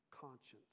conscience